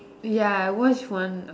ya I watch one